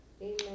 Amen